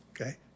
Okay